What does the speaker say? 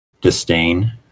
disdain